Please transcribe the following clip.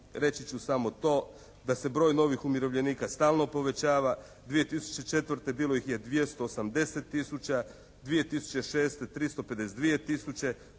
reći ću samo to da se broj novih umirovljenika stalno povećava. 2004. bilo ih je 280 tisuća. 2006. 352